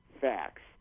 facts